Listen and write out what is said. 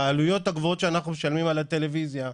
בעלויות הגבוהות שאנחנו משלמים על הטלוויזיה,